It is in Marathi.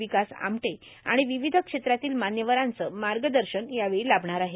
विकास आमटे आणि विविध क्षेत्रातील मान्यवरांचं मार्गदर्शन यावेळी लाभणार आहे